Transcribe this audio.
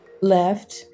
left